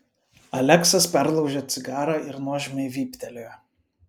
aleksas perlaužė cigarą ir nuožmiai vyptelėjo